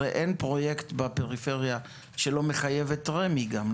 הרי אין פרויקט בפריפריה שלא מחייב את רמ"י גם.